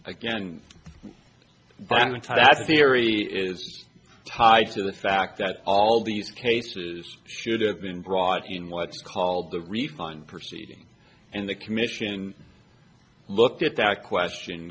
the theory is tied to the fact that all these cases should have been brought in what's called the refund proceeding and the commission looked at that question